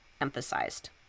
emphasized